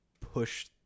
push